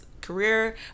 career